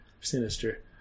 sinister